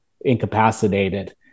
incapacitated